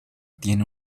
tiene